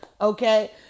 okay